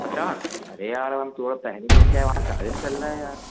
पचास अरे यार हम थोड़ा पहले देख के आए वहाँ चालीस चल रहा है यार